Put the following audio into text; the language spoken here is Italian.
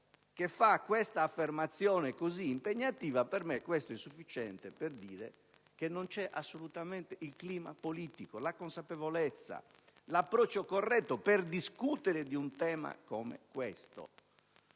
che fa questa affermazione così impegnativa, per me ciò è sufficiente per dire che non c'è assolutamente il clima politico, la consapevolezza, l'approccio corretto per discutere di un tema come questo.